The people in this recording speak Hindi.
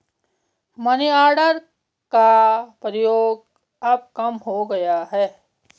मनीआर्डर का प्रयोग अब कम हो गया है